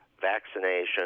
vaccination